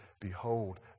behold